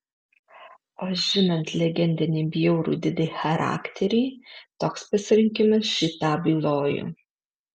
o žinant legendinį bjaurų didi charakterį toks pasirinkimas šį tą bylojo